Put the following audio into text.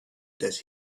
that